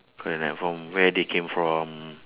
correct from where they came from